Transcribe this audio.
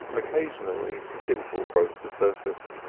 occasionally a dimple broke the surface,